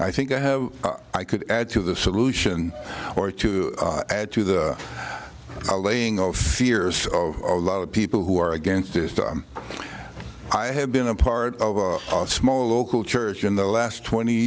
i think i have i could add to the solution or to add to the a laying of fears of a lot of people who are against this stuff i have been a part of a small local church in the last twenty